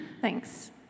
Thanks